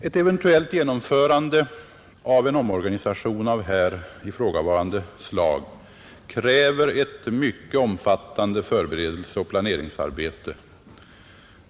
Ett eventuellt genomförande av en omorganisation av här ifrågavarande slag kräver ett mycket omfattande förberedelseoch planeringsarbete.